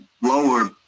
lower